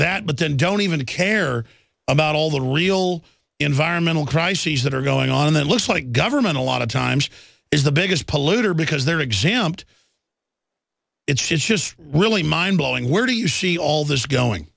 that but then don't even care about all the real environmental crises that are going on and looks like government a lot of times is the biggest polluter because they're exempt it's just really mind blowing where do you see all this going